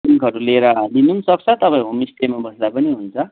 टेन्टहरू लिएर लिनु पनि सक्छ तपाईँ होमस्टेमा बस्दा पनि हुन्छ